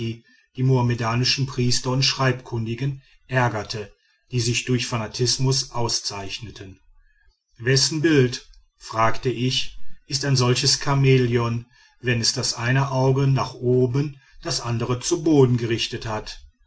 die mohammedanischen priester und schreibkundigen ärgerte die sich durch fanatismus auszeichneten wessen bild fragte ich ist ein solches chamäleon wenn es das eine auge nach oben das andere zu boden gerichtet hat